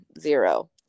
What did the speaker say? zero